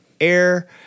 air